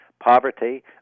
poverty